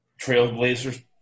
Trailblazers